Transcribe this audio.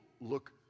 look